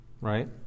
Right